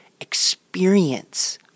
experience